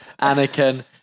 Anakin